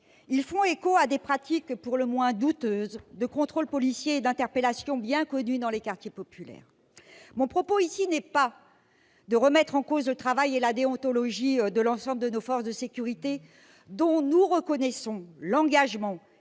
ils font écho à des pratiques pour le moins douteuses de contrôle policier et d'interpellation bien connues dans les quartiers populaires. Mon propos en l'occurrence n'est pas de remettre en cause le travail et la déontologie de l'ensemble de nos forces de sécurité, dont nous reconnaissons la